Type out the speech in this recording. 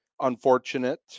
unfortunate